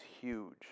huge